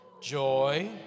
joy